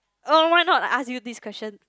oh why not I ask you this question